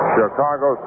Chicago